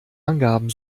angaben